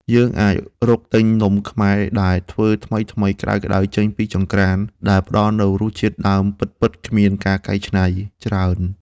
យើងអាចរកទិញនំខ្មែរដែលធ្វើថ្មីៗក្ដៅៗចេញពីចង្ក្រានដែលផ្ដល់នូវរសជាតិដើមពិតៗគ្មានការកែច្នៃច្រើន។